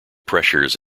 pressures